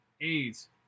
AIDS